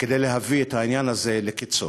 כדי להביא את העניין הזה לקצו.